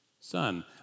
son